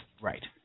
Right